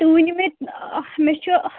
تُہۍ ؤنِو مےٚ مےٚ چھُ